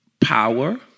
power